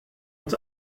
uns